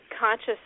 conscious